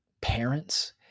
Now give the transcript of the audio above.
parents